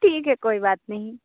ठीक है कोई बात नहीं